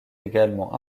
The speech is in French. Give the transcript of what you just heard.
également